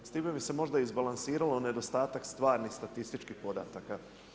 S tim bi se možda izbalansirao nedostatak stvarnih statističkih podataka.